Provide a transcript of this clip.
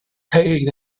paid